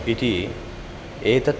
इति एतत्